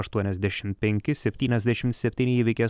aštuoniasdešimt penki septyniasdešimt septyni įveikė